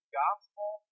gospel